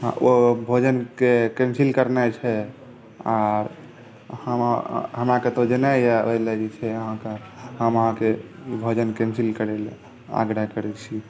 ओ भोजनके कैन्सिल करनाइ छै आर हमरा कतहु जेनाइ यए ओहि लागि से अहाँकेँ हम अहाँके भोजन कैन्सिल करय लेल आग्रह करैत छी